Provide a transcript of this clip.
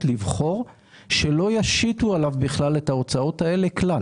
לבחור שלא ישיתו עליו בכלל את ההוצאות האלה כלל.